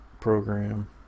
program